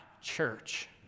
church